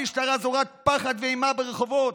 המשטרה זורעת פחד ואימה ברחובות,